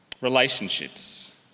relationships